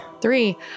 Three